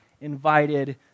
invited